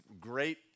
great